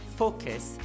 focus